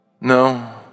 No